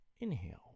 Inhale